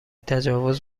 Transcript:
تجاوز